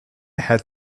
had